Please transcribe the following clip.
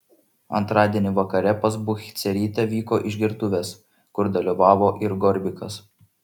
antradienį vakare pas buchcerytę vyko išgertuvės kur dalyvavo ir gorbikas